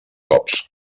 cops